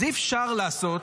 אז אי-אפשר לעשות,